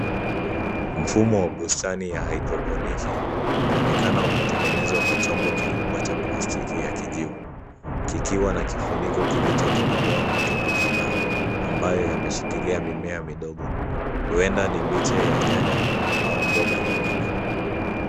Mfumo wa bustani ya hydroponiki, unaonekana umetengenezwa kwa chombo kikubwa cha plastiki ya kijivu, kikiwa na kifuniko kilichotobolewa matundu kadhaa ambayo yameshikilia mimea midogo, huenda ni miche ya nyanya au mboga nyingine.